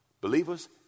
Believers